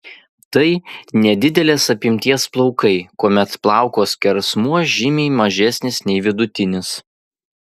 tai nedidelės apimties plaukai kuomet plauko skersmuo žymiai mažesnis nei vidutinis